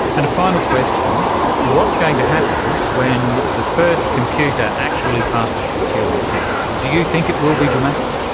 and a final question what's going to happen when the first computer actually passes the turing test, and do you think it will be dramatic?